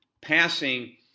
passing